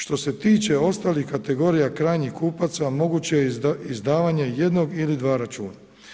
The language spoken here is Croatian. Što se tiče ostalih kategorija krajnjih kupaca, moguće je izdavanje jednog ili dva računa.